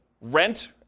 rent